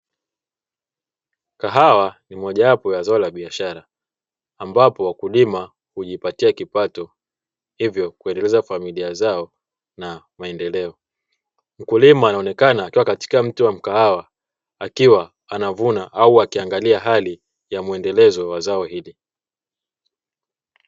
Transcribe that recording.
Kahawa ni mojawapo wa zao la biashara ambapo wakulima hujipatia kipato hivyo kuendeleza familia zao na maendeleo . Mkulima anaonekana akiwa katika mti wa mkahawa akiwa anavuna au akiangalia hali ya muendelezo wa zao hili.